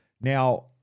Now